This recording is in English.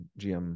gm